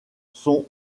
son